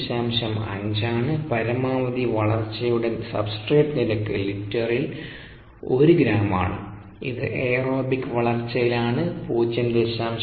5 ആണ് പരമാവധി വളർച്ചയുടെ സബ്സ്ട്രേട് നിരക്ക് ലിറ്ററിന് 1 ഗ്രാം ആണ് ഇത് എയറോബിക് വളർച്ചയിലാണ് 0